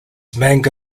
manga